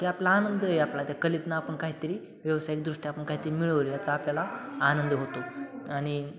की आपला आनंद आहे आपला त्या कलेतून आपण काहीतरी व्यावसायिकदृष्ट्या आपण काहीतरी मिळवलं याचा आपल्याला आनंद होतो आणि